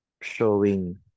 showing